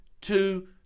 two